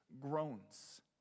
groans